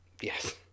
Yes